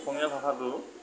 অসমীয়া ভাষাটো